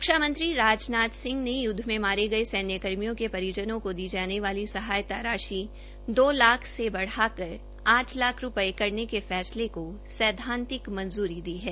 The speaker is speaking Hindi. रक्षामंत्री राजनाथ सिंह ने युद्व में मारे गये सैन्यकर्मियों के परिजनों को दी जाने वाली सहायता राशि दो लाख से बढ़ाकर आठ लाख रूपये करने के फैसले को सैद्वातिक मंजूरी दी है